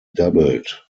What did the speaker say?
doubled